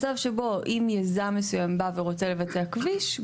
מצב שבו אם יזם מסוים בא ורוצה לבצע כביש,